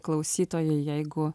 klausytojai jeigu